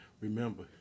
Remember